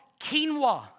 quinoa